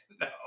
no